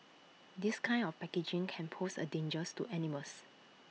this kind of packaging can pose A dangers to animals